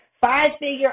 Five-figure